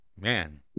Man